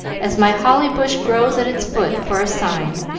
as my holly bush grows at its foot for a sign.